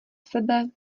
sebe